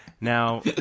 Now